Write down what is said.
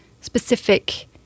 specific